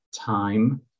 time